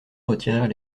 retirèrent